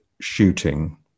shooting